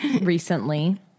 recently